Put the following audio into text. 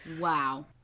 wow